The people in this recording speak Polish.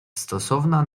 stosowna